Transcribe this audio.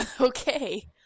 Okay